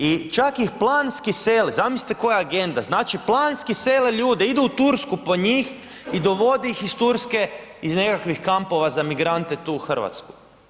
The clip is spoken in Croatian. I čak ih planski seli, zamislite koja agenda, znači planski sele ljude, idu u Tursku po njih i dovode ih Turske iz nekakvih kampova za migrante tu u Hrvatsku.